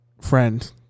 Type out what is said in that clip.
friend